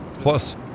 plus